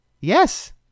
Yes